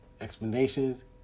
explanations